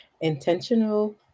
Intentional